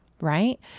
right